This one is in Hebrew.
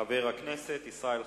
חבר הכנסת ישראל חסון,